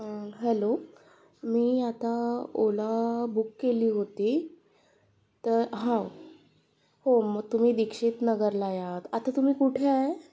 hello मी आता Ola book केली होती तर हो हो मग तुम्ही दीक्षित नगरला या आता तुम्ही कुठे आहे